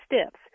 steps